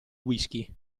whisky